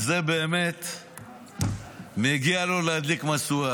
על זה באמת מגיע לו להדליק משואה.